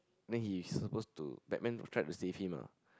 then he supposed to Batman tried to save him ah